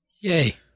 Yay